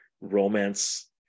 romance